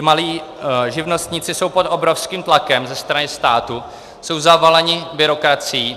Malí živnostníci jsou pod obrovským tlakem ze strany státu, jsou zavaleni byrokracií.